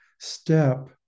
step